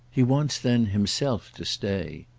he wants then himself to stay.